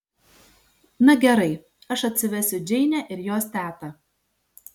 na gerai aš atsivesiu džeinę ir jos tetą